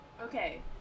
okay